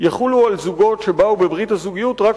יחולו על זוגות שבאו בברית הזוגיות רק